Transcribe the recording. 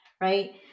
right